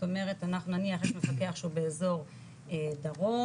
נניח יש מפקח שהוא באזור דרום,